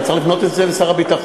אבל צריך להפנות את זה לשר הביטחון,